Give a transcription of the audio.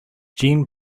jean